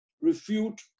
refute